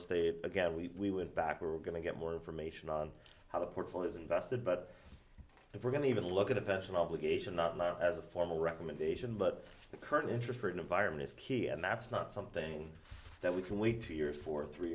estate again we have back we're going to get more information on how the portfolio is invested but if we're going to even look at the pension obligation as a formal recommendation but the current interest rate environment is key and that's not something that we can wait two years for three